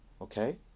okay